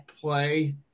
play